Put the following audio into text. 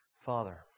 Father